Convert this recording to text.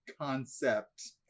concept